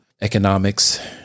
economics